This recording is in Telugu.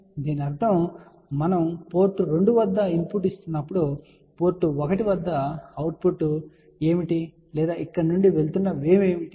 కాబట్టి దీని అర్థం మనం పోర్ట్ 2 వద్ద ఇన్ పుట్ ఇస్తున్నప్పుడు పోర్ట్ 1 వద్ద అవుట్ పుట్ ఏమిటి లేదా ఇక్కడ నుండి వెళ్తున్న వేవ్ ఏమిటి